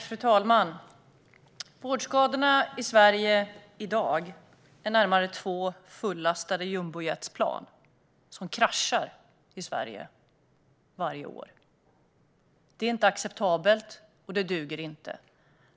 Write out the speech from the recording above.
Fru talman! Vårdskadorna i Sverige i dag motsvarar två fullastade jumbojetplan som kraschar i landet varje år. Det är inte acceptabelt. Det duger inte.